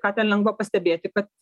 ką ten lengva pastebėti kad